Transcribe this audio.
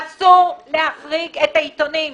אסור להחריג את העיתונים.